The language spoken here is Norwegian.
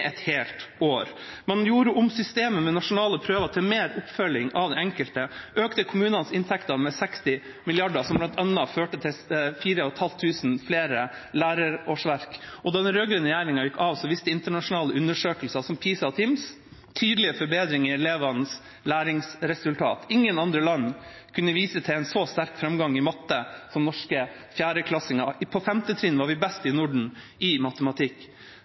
et helt år. Man gjorde om systemet med nasjonale prøver til mer oppfølging av den enkelte. Man økte kommunenes inntekter med 60 mrd. kr, som bl.a. førte til 4 500 flere lærerårsverk. Og da den rød-grønne regjeringa gikk av, viste internasjonale undersøkelser som PISA og TIMSS tydelig forbedringer av elevenes læringsresultater. Ingen andre land kunne vise til en så sterk framgang i matte som norske 4.-klassinger. På 5. trinn var vi best i Norden i matematikk.